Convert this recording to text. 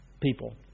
people